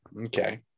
Okay